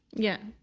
yeah,